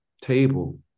table